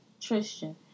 Tristan